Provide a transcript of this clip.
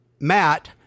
Matt